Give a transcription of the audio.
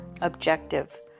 objective